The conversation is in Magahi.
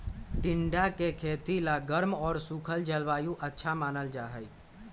टिंडा के खेती ला गर्म और सूखल जलवायु अच्छा मानल जाहई